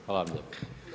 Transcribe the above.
Hvala vam lijepo.